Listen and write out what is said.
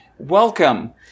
Welcome